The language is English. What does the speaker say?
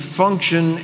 function